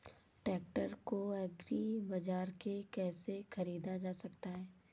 Tractor को agri बाजार से कैसे ख़रीदा जा सकता हैं?